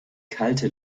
kalte